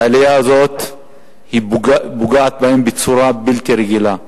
והעלייה הזאת פוגעת בהם בצורה בלתי רגילה.